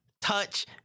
touch